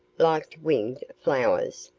like winged flowers,